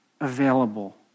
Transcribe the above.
available